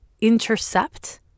intercept